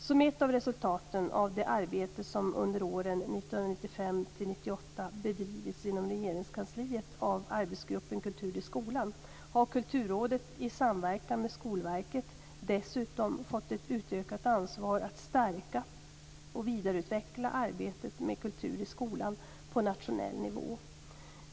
Som ett av resultaten av det arbete som under åren 1995-1998 bedrivits inom Regeringskansliet av arbetsgruppen Kultur i skolan har Kulturrådet i samverkan med Skolverket dessutom fått ett utökat ansvar att stärka och vidareutveckla arbetet med kultur i skolan på nationell nivå.